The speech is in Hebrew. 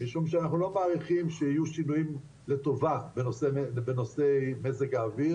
משום שאנחנו לא מעריכים שיהיו שינויים לטובה בנושאי מזג האוויר.